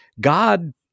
God